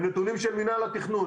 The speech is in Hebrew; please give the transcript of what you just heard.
הם נתונים של מנהל התכנון.